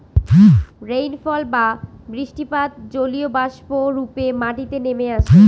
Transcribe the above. rainfall বা বৃষ্টিপাত জলীয়বাষ্প রূপে মাটিতে নেমে আসে